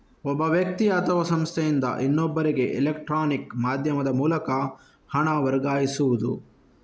ಒಬ್ಬ ವ್ಯಕ್ತಿ ಅಥವಾ ಸಂಸ್ಥೆಯಿಂದ ಇನ್ನೊಬ್ಬರಿಗೆ ಎಲೆಕ್ಟ್ರಾನಿಕ್ ಮಾಧ್ಯಮದ ಮೂಲಕ ಹಣ ವರ್ಗಾಯಿಸುದು